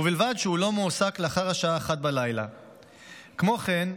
ובלבד שהוא לא מועסק לאחר השעה 01:00. כמו כן,